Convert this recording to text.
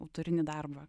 autorinį darbą